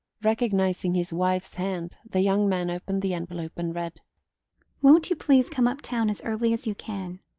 recognising his wife's hand, the young man opened the envelope and read won't you please come up town as early as you can?